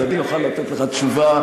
אז אני אוכל לתת לך תשובה,